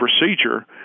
procedure